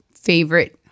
favorite